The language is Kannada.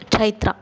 ಚೈತ್ರ